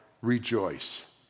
rejoice